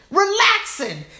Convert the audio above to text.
relaxing